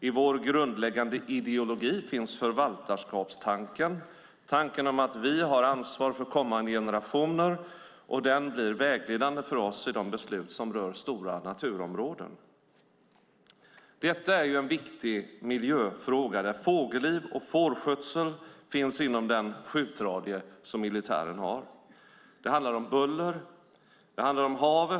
I vår grundläggande ideologi finns förvaltarskapstanken, tanken om att vi har ansvar för kommande generationer, och den blir vägledande för oss i de beslut som rör stora naturområden. Detta är en viktig miljöfråga. Fågelliv och fårskötsel finns inom den skjutradie som militären har. Det handlar om buller. Det handlar om havet.